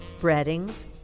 breadings